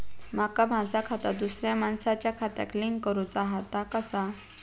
माका माझा खाता दुसऱ्या मानसाच्या खात्याक लिंक करूचा हा ता कसा?